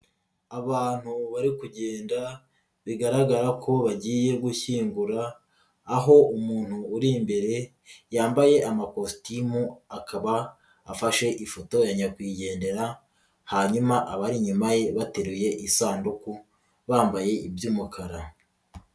Abantu bari kugenda bigaragara ko bagiye gushyingura, aho umuntu uri imbere yambaye amakositimu akaba afashe ifoto ya nyakwigendera, hanyuma abari inyuma ye bateruye isanduku bambaye iby'umukara.